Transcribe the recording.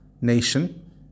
nation